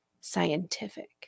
scientific